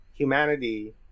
Humanity